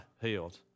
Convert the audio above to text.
healed